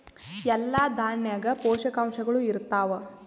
ಎಲ್ಲಾ ದಾಣ್ಯಾಗ ಪೋಷಕಾಂಶಗಳು ಇರತ್ತಾವ?